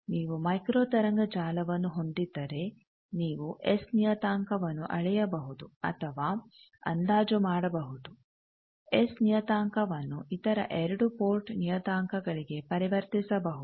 ನೀವು ಮೈಕ್ರೋ ತರಂಗ ಜಾಲವನ್ನು ಹೊಂದಿದ್ದರೆ ನೀವು ಎಸ್ ನಿಯತಾಂಕವನ್ನು ಅಳೆಯಬಹುದು ಅಥವಾ ಅಂದಾಜು ಮಾಡಬಹುದು ಎಸ್ ನಿಯತಾಂಕವನ್ನು ಇತರ 2 ಪೋರ್ಟ್ ನಿಯತಾಂಕಗಳಿಗೆ ಪರಿವರ್ತಿಸಬಹುದು